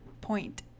Point